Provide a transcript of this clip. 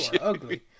ugly